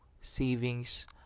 savings